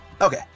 Okay